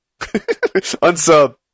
Unsub